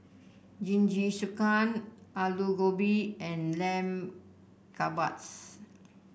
Jingisukan Alu Gobi and Lamb Kebabs